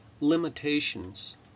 limitations